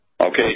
Okay